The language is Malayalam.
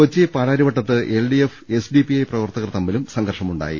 കൊച്ചി പാലാരിവട്ടത്ത് L D F S D P I പ്രവർത്തകർ തമ്മിലും സംഘർഷമുണ്ടായി